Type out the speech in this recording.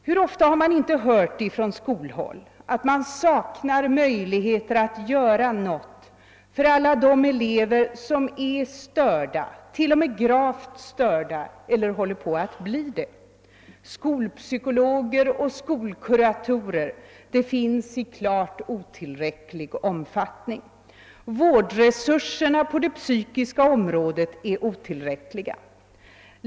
Hur ofta har det inte sagts från skolhåll att man saknar möjligheter att göra något för alla de elever som är störda — till och med gravt störda — eller håller på att bli det. Skolpsykologer och skolkuratorer finns i klart otillräcklig omfattning. Vårdresurserna på det psykiska området är otillräckliga.